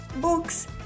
books